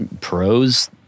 pros